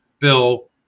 Bill